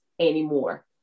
anymore